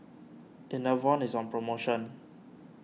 Enervon is on promotion